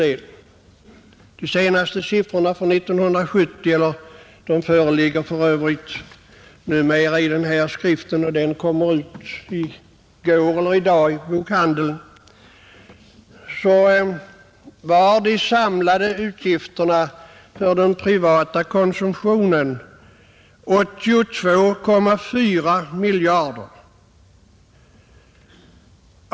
Enligt de senaste siffrorna för 1970 — de föreligger för övrigt numera i denna skrift som jag här har och som kom ut i går eller som kommer ut i dag i bokhandeln — var de samlade utgifterna för den privata konsumtionen 82,4 miljarder.